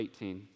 18